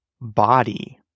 body